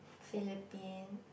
Philippines